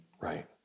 Right